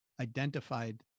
identified